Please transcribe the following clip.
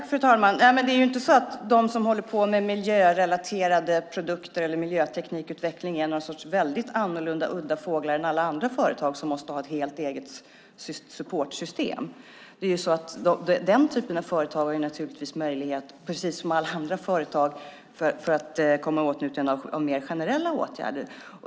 Fru talman! De företag som håller på med miljörelaterade produkter eller miljöteknikutveckling är inte några helt annorlunda och mer udda fåglar än alla andra företag som måste ha ett eget supportsystem. Den typen av företag har naturligtvis möjlighet, precis som alla andra företag, att komma i åtnjutande av mer generella åtgärder.